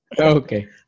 Okay